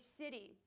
city